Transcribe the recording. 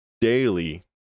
daily